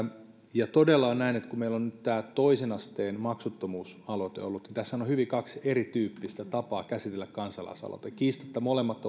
todella on näin että kun meillä on nyt se toisen asteen maksuttomuus aloite ollut niin tässähän on kaksi hyvin erityyppistä tapaa käsitellä kansalaisaloite kiistatta molemmissa